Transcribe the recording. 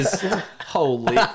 Holy